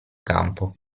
campo